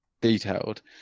detailed